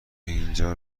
اینجا